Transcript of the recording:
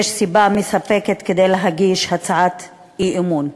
יש סיבה מספקת להגיש הצעת אי-אמון.